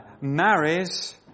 marries